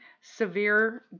severe